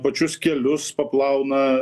pačius kelius paplauna